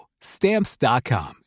Stamps.com